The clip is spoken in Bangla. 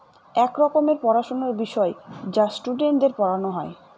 এক রকমের পড়াশোনার বিষয় যা স্টুডেন্টদের পড়ানো হয়